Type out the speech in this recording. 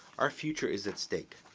our future is at stake.